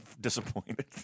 disappointed